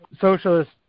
socialist